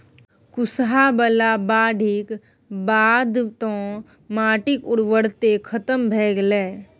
कुसहा बला बाढ़िक बाद तँ माटिक उर्वरते खतम भए गेलै